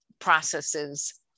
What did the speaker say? processes